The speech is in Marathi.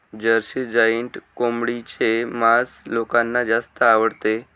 जर्सी जॉइंट कोंबडीचे मांस लोकांना जास्त आवडते